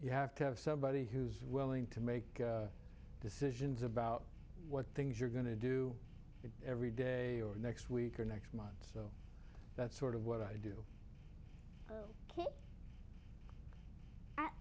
you have to have somebody who's willing to make decisions about what things you're going to do it every day or next week or next month so that's sort of what i do